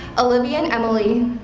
olivia and emily,